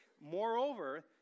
Moreover